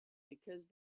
because